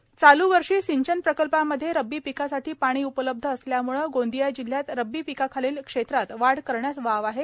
सिंचन प्रकल्प चालू वर्षी सिंचन प्रकल्पामध्ये रब्बी पिकासाठी पाणी उपलब्ध असल्यामुळे गोंदिया जिल्हयात रब्बी पिकाखालील क्षेत्रात वाढ करण्यास वाव आहे